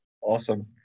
Awesome